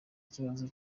ikibazo